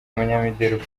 umunyamideli